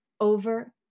over